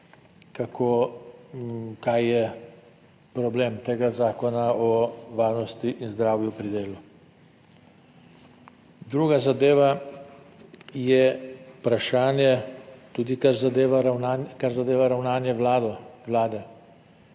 kaj je problem tega Zakona o varnosti in zdravju pri delu. Druga zadeva je vprašanje tudi kar zadeva ravnanje, kar